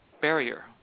Barrier